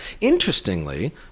Interestingly